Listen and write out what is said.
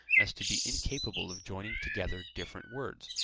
as to be incapable of joining together different words,